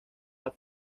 las